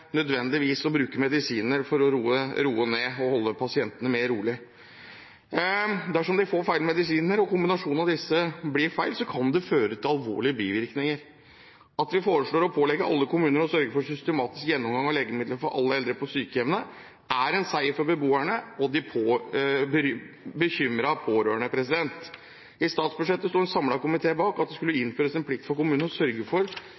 nødvendigvis å bruke medisiner for å roe pasientene ned og holde dem rolig. Dersom de får feil medisiner og kombinasjonen av disse blir feil, kan det føre til alvorlige bivirkninger. At vi foreslår å pålegge alle kommuner å sørge for systematisk gjennomgang av legemidlene til alle eldre på sykehjem, er en seier for beboerne og de bekymrede pårørende. I statsbudsjettet sto en samlet komité bak at det skal innføres en plikt for kommunene til å sørge for